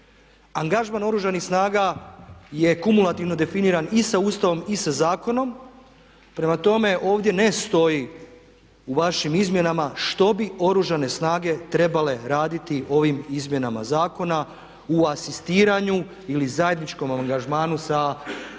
Angažman Oružanih snaga je kumulativno definiran i sa Ustavom i sa zakonom, prema tome ovdje ne stoji u vašim izmjenama što bi Oružane snage trebale raditi ovim izmjenama zakona u asistiranju ili zajedničkom angažmanu sa policijom